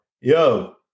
yo